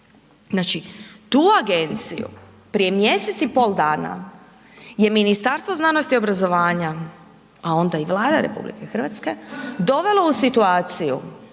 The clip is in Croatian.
Znači, tu agenciju prije mjesec i pol dana je Ministarstvo znanosti i obrazovanja, a onda i Vlada RH dovela u situaciju